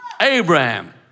Abraham